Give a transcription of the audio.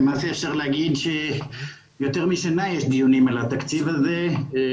למעשה אפשר להגיד שיותר משנה יש דיונים על התקציב הזה.